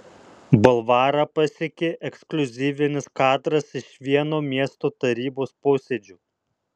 bulvarą pasiekė ekskliuzyvinis kadras iš vieno miesto tarybos posėdžio